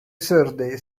thursday